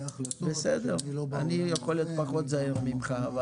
ההחלטות --- אני יכול להיות פחות זהיר ממך.